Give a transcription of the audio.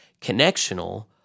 Connectional